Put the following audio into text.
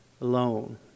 alone